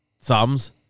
thumbs